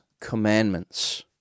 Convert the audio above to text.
Commandments